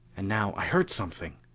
and now i heard something!